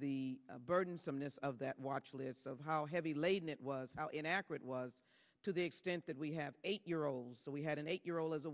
the burdensome this of that watch list of how heavy laden it was how inaccurate was to the extent that we have eight year olds that we had an eight year old as a